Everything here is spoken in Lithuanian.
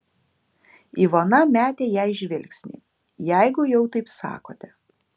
ivona metė jai žvilgsnį jeigu jau taip sakote